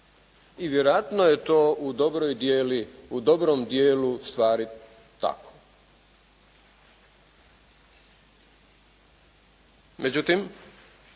i vjerojatno je to u dobrom dijelu stvari tako.